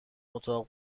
اتاق